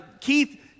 Keith